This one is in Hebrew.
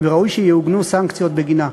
וראוי שיעוגנו סנקציות בגינה.